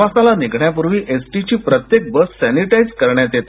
प्रवासाला निघण्यापूर्वी एसटीची प्रत्येक बस सॅनिटाइज्ड करण्यात येते